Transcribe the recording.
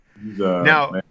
Now